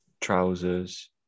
trousers